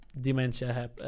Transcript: dementia